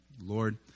Lord